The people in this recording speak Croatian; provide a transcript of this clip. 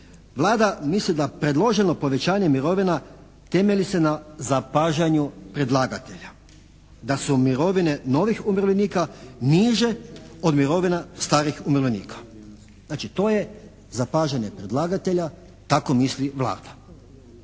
Vlada misli da predloženo povećanje mirovina temelji se na zapažanju predlagatelja, da su mirovine novih umirovljenika niže od mirovina starih umirovljenika. Znači to je zapažanje predlagatelja, tako misli Vlada